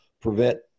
prevent